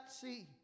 sea